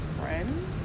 friend